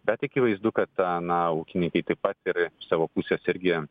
bet akivaizdu kad na ūkininkai taip pat ir savo pusės irgi